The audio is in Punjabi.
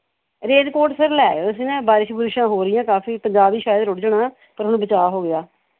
ਰੇਨ ਕੋਟ ਸਰ ਲੈ ਆਉ ਇੱਥੇ ਨਾ ਬਾਰਿਸ਼ਾਂ ਬੁਰਿਸ਼ਾਂ ਹੋ ਰਹੀਆਂ ਕਾਫ਼ੀ ਪੰਜਾਬ ਵੀ ਸ਼ਾਇਦ ਰੁੜ ਜਾਣਾ ਪਰ ਹੁਣ ਬਚਾਅ ਹੋ ਗਿਆ